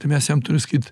tai mes jam turiu sakyt